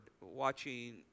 watching